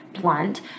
blunt